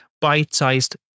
bite-sized